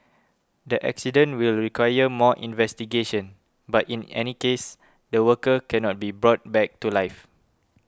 the accident will require more investigation but in any case the worker cannot be brought back to life